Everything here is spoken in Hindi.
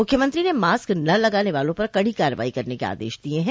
मुख्यमंत्री ने मास्क न लगाने वालों पर कडो कार्रवाई करने के आदेश दिए हैं